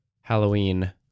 Halloween